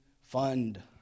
fund